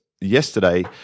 Yesterday